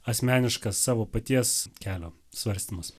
asmeniškas savo paties kelio svarstymas